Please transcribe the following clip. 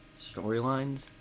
storylines